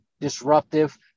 Disruptive